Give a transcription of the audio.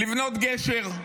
לבנות גשר.